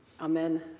Amen